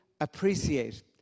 appreciate